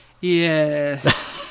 Yes